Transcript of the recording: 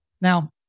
Now